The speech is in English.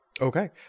Okay